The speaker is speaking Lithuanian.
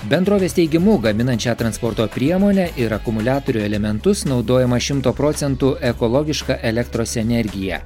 bendrovės teigimu gaminant šią transporto priemonę ir akumuliatorių elementus naudojama šimto procentų ekologiška elektros energija